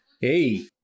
Hey